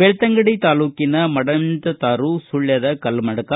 ಬೆಳ್ತಂಗಡಿ ತಾಲ್ಲೂಕಿನ ಮಡಂತ್ಕಾರು ಸುಳ್ಯದ ಕಲ್ಮಡ್ಕ